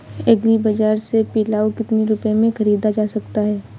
Agree बाजार से पिलाऊ कितनी रुपये में ख़रीदा जा सकता है?